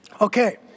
Okay